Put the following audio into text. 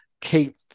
Keep